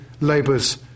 Labour's